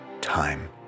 time